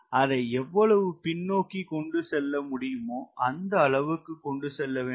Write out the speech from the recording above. அதை எவ்வளவு பின்னோக்கி கொண்டு செல்ல முடியுமோ அந்த அளவுக்கு கொண்டு சொல்ல வேண்டும்